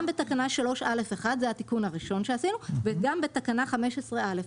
גם בתקנה 3(א1) וגם בתקנה 15(א).